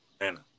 Anna